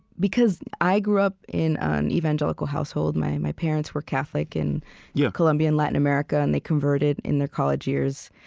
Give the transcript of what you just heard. because i grew up in an evangelical household. my and my parents were catholic in yeah colombia, in latin america, and they converted in their college years